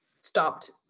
stopped